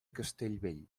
castellbell